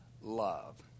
love